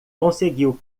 conseguiu